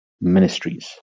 Ministries